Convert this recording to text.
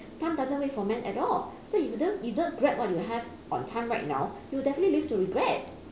time doesn't wait for man at all so if you don't if you don't grab what you have on time right now you will definitely live to regret